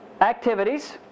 activities